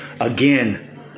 Again